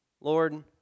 Lord